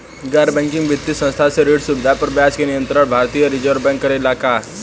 गैर बैंकिंग वित्तीय संस्था से ऋण सुविधा पर ब्याज के नियंत्रण भारती य रिजर्व बैंक करे ला का?